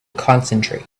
concentrate